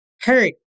hurt